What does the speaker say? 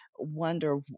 wonder